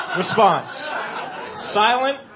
response—silent